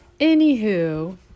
Anywho